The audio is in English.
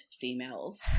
females